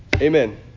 Amen